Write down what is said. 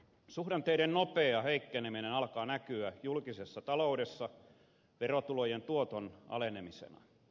suhdanteiden nopea heikkeneminen alkaa näkyä julkisessa taloudessa verotulojen tuoton alenemisena